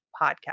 podcast